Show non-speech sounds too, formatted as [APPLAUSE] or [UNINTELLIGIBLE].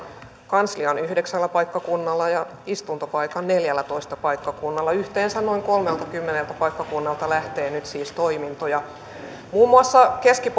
kanslian yhdeksällä paikkakunnalla ja istuntopaikan neljällätoista paikkakunnalla yhteensä noin kolmeltakymmeneltä paikkakunnalta lähtee nyt siis toimintoja muun muassa keski [UNINTELLIGIBLE]